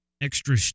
extra